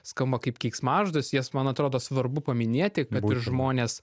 skamba kaip keiksmažodis jas man atrodo svarbu paminėti kad ir žmonės